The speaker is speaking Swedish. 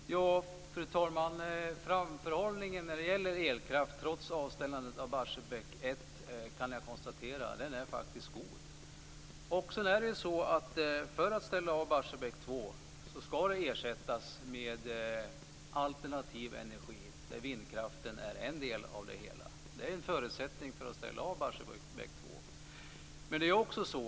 Fru talman! Jag kan konstatera att framförhållningen när det gäller elkraft faktiskt är god, trots avställandet av Barsebäck 1. För att man ska kunna ställa av Barsebäck 2 ska det finnas ersättning i form av alternativ energi där vindkraft är en del av det hela. Det är en förutsättning för att man ska kunna ställa av Barsebäck 2.